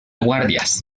guardias